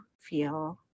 feel